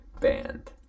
band